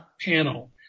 panel